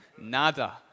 nada